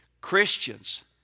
Christians